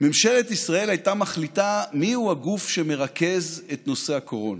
ממשלת ישראל הייתה מחליטה מיהו הגוף שמרכז את נושא הקורונה.